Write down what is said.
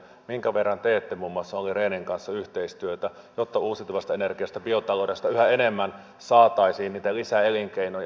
minkä verran teette muun muassa olli rehnin kanssa yhteistyötä jotta uusiutuvasta energiasta biotaloudesta yhä enemmän saataisiin niitä lisäelinkeinoja